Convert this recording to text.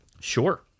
Sure